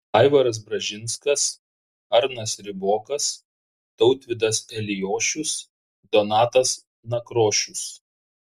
aivaras bražinskas arnas ribokas tautvydas eliošius donatas nakrošius